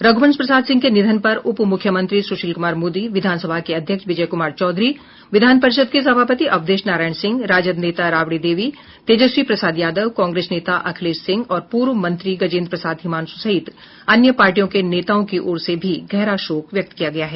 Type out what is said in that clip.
रघुवंश प्रसाद सिंह के निधन पर उप मुख्यमंत्री सुशील कुमार मोदी विधानसभा के अध्यक्ष विजय कुमार चौधरी विधान परिषद के सभापति अवधेश नारायण सिंह राजद नेता राबड़ी देवी तेजस्वी प्रसाद यादव कांग्रेस नेता अखिलेश सिंह और पूर्व मंत्री गजेन्द्र प्रसाद हिमांशु सहित अन्य पार्टियों के नेताओं की ओर से भी गहरा शोक व्यक्त किया गया है